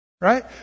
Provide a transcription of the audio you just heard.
right